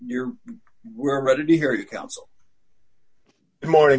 your we're ready to hear your counsel morning